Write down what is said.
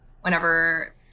whenever